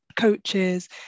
coaches